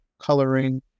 coloring